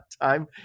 time